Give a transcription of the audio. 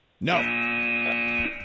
No